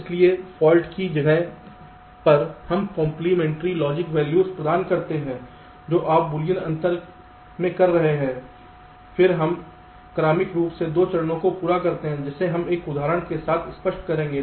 इसलिए फाल्ट की जगह पर हम कंप्लीमेंट्री लॉजिक वैल्यू प्रदान करते हैं जो आप बूलियन अंतर में कर रहे हैं फिर हम क्रमिक रूप से 2 चरणों को पूरा करते हैं जिसे हम एक उदाहरण के साथ स्पष्ट करेंगे